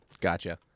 Gotcha